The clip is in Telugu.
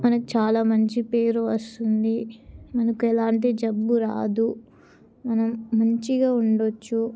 మనకు చాలా మంచి పేరు వస్తుంది మనకు ఎలాంటి జబ్బు రాదు మనం మంచిగా ఉండ వచ్చు